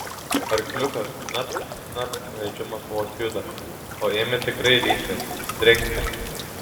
arkliukas knapt knapt vežimas vos juda o ėmė tikrai lyti drengti